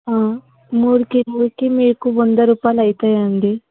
మూరికి మూరికి మీకు వంద రూపాయలు అవుతాయండి